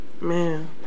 Man